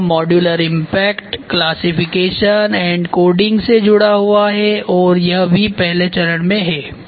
यहाँ modular impact classification and coding से जुड़ा हुआ है और यह भी पहले चरण में है